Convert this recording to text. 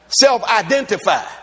self-identify